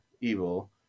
evil